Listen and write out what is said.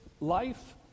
life